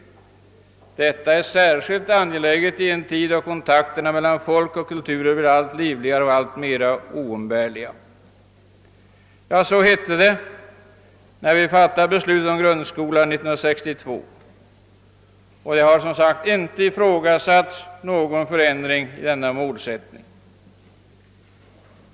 Detta är särskilt angeläget i en tid då kontakterna mellan folk och kulturer blir allt livligare och allt mera oumbärliga.» Så skrev man, när vi fattade beslutet om grundskolan 1962, och det har som sagt inte ifrågasatts någon förändring i denna målsättning.